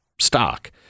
stock